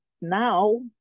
now